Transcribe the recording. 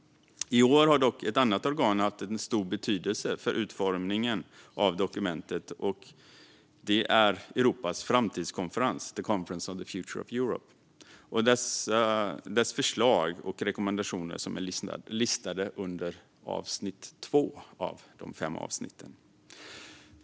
I år har dock ett annat organ haft en stor betydelse för utformningen av dokumentet. Det är Europas framtidskonferens, The Conference On the Future of Europe. Dess förslag och rekommendationer är listade under avsnitt två av de fem avsnitten.